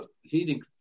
heating